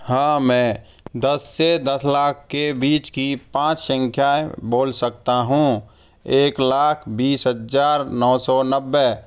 हाँ मैं दस से दस लाख के बीच की पाँच संख्याएं बोल सकता हूँ एक लाख बीस हज़ार नौ सौ नब्बे